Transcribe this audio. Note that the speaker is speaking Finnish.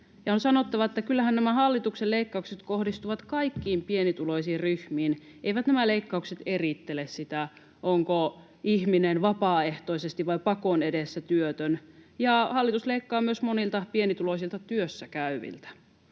on sanottava, että kyllähän nämä hallituksen leikkaukset kohdistuvat kaikkiin pienituloisiin ryhmiin — eivät nämä leikkaukset erittele sitä, onko ihminen vapaaehtoisesti vai pakon edessä työtön, ja hallitus leikkaa myös monilta pienituloisilta työssäkäyviltä.